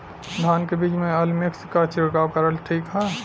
धान के बिज में अलमिक्स क छिड़काव करल ठीक ह?